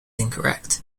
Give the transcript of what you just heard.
incorrect